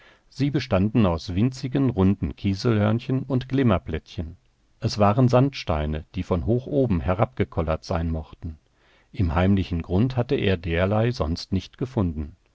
sie bestanden aus winzigen runden kieselhörnchen und glimmerplättchen es waren sandsteine die von hoch oben herabgekollert sein mochten im heimlichen grund hatte er derlei sonst nicht gefunden